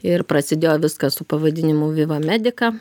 ir prasidėjo viskas su pavadinimu viva medica